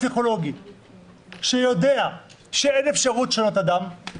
הפסיכולוג שיודע שאין אפשרות לשנות אדם,